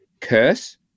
curse